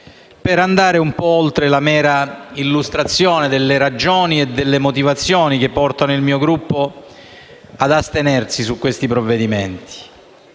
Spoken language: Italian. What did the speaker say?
per andare un po' oltre la mera illustrazione delle ragioni e delle motivazioni che portano il mio Gruppo ad astenersi dal voto sui provvedimenti